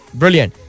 brilliant